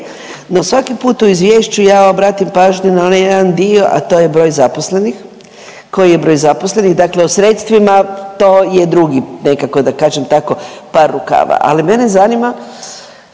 no svaki put u izvješću ja obratim pažnju na onaj jedan dio, a to je broj zaposlenih koji je broj zaposlenih. Dakle, o sredstvima to je drugi nekako da kažem tako par rukava, ali mene zanima